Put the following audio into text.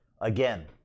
Again